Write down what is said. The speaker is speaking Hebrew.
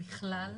בכלל.